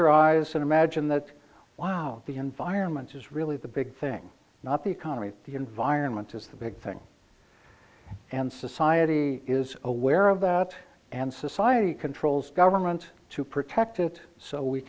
your eyes and imagine that wow the environment's is really the big thing not the economy the environment is the big thing and society is aware of that and society controls government to protect it so we